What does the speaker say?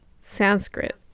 Sanskrit